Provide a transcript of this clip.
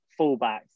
fullbacks